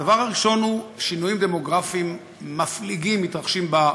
הדבר הראשון הוא שינויים דמוגרפיים מפליגים המתרחשים,